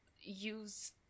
use